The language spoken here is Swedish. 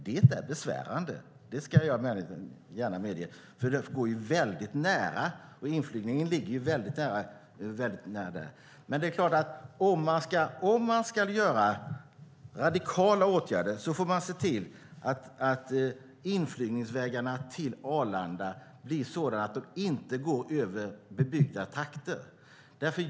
Det är besvärande - det ska jag gärna medge - för inflygningen sker väldigt nära där. Om man ska vidta radikala åtgärder är det klart att man får se till att inflygningsvägarna till Arlanda blir sådana att de inte går över bebyggda trakter.